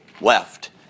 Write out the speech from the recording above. left